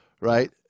right